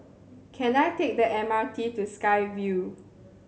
can I take the M R T to Sky Vue